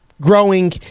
growing